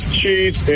cheese